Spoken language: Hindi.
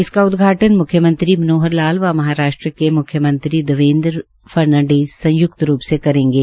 इसका उद्घाटन म्ख्यमंत्री मनोहर लाल व महाराष्ट्र के म्ख्यमंत्री देवेंद्र फडणवीस संय्क्त रूप से करेंगे